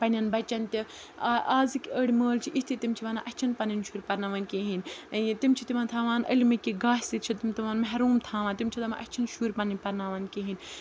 پنٛنٮ۪ن بَچَن تہِ آ اَزِکۍ أڑۍ مٲلۍ چھِ یِتھ تہِ تِم چھِ وَنان اَسہِ چھِنہٕ پنٕنۍ شُرۍ پرناوٕنۍ کِہیٖنۍ یہِ تِم چھِ تِمَن تھاوان علمٕکہِ گاشہِ سۭتۍ چھِ تِم تِمَن محروٗم تھاوان تِم چھِ دَپان اَسہِ چھِنہٕ شُرۍ پَنٕنۍ پرناوان کِہیٖنۍ